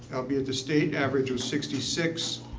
albeit the state average was sixty six.